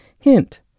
Hint